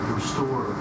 restore